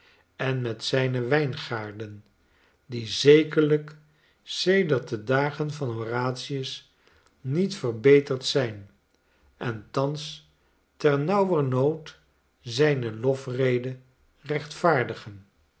en met zijne wyngaarden die zekerlijk sedert de dagen van horatius niet verbeterd zijn en thans ternauwernood zijne lofrede rechtvaardigen